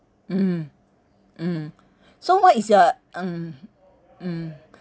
mm mm so what is your um mm